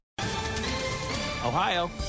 Ohio